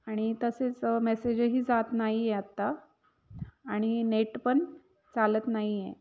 आणि तसेच मेसेजही जात नाही आहे आत्ता आणि नेट पण चालत नाही आहे